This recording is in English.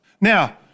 Now